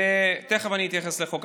ותכף אני אתייחס לחוק.